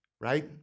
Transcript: right